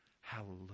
Hallelujah